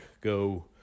go